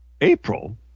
April